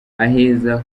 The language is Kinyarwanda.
aheza